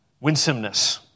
Winsomeness